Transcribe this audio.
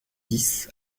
dix